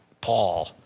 Paul